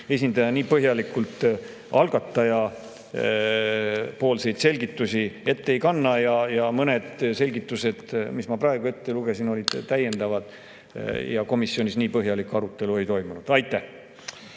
esindaja nii põhjalikult algataja selgitusi ette ei kanna. Ja mõned selgitused, mis ma praegu ette lugesin, olid täiendavad. Komisjonis nii põhjalikku arutelu ei toimunud. Aitäh!